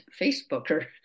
Facebooker